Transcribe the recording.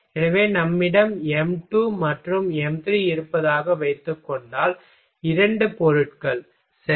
எனவே நம்மிடம் m2 மற்றும் m3 இருப்பதாக வைத்துக்கொண்டால் இரண்டு பொருட்கள் சரி